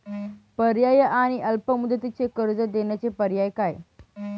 पर्यायी आणि अल्प मुदतीचे कर्ज देण्याचे पर्याय काय?